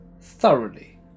thoroughly